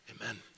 amen